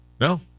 No